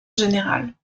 générale